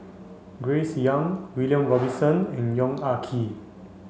Grace Young William Robinson and Yong Ah Kee